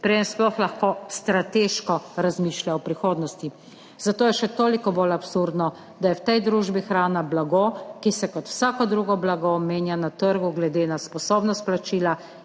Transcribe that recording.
preden sploh lahko strateško razmišlja o prihodnosti. Zato je še toliko bolj absurdno, da je v tej družbi hrana blago, ki se kot vsako drugo blago menja na trgu glede na sposobnost plačila